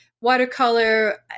watercolor